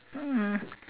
mm